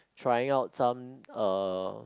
trying out some uh